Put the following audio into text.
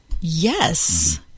Yes